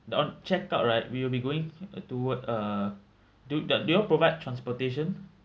the on check out right we will be going toward uh do do you all provide transportation